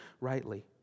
rightly